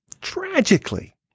tragically